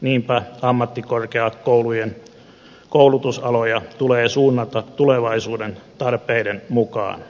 niinpä ammattikorkeakoulujen koulutusaloja tulee suunnata tulevaisuuden tarpeiden mukaan